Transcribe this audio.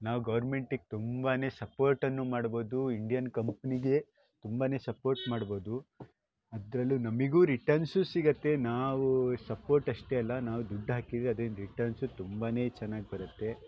ನಾವು ಗೌರ್ಮೆಂಟಿಗೆ ತುಂಬ ಸಪೋರ್ಟನ್ನು ಮಾಡಬಹ್ದು ಇಂಡಿಯನ್ ಕಂಪ್ನಿಗೆ ತುಂಬ ಸಪೋರ್ಟ್ ಮಾಡಬಹ್ದು ಅದರಲ್ಲೂ ನಮಗೂ ರಿಟರ್ನ್ಸೂ ಸಿಗುತ್ತೆ ನಾವು ಸಪೋರ್ಟ್ ಅಷ್ಟೇ ಅಲ್ಲ ನಾವು ದುಡ್ಡು ಹಾಕಿದ್ರೆ ಅದೇ ರಿಟರ್ನ್ಸು ತುಂಬಾ ಚೆನ್ನಾಗಿ ಬರುತ್ತೆ